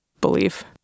believe